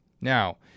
Now